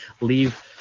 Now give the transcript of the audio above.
Leave